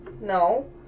No